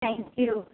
thank you